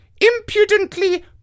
impudently